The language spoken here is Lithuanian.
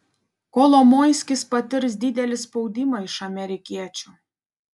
kolomoiskis patirs didelį spaudimą iš amerikiečių